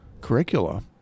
curricula